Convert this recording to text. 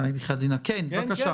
כן, בבקשה.